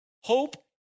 Hope